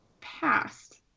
past